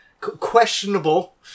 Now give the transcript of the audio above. questionable